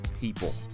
people